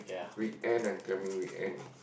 weekend and coming weekend